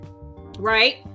right